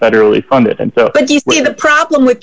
federally funded and so we have a problem with